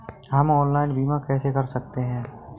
हम ऑनलाइन बीमा कैसे कर सकते हैं?